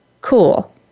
cool